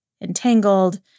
entangled